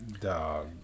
dog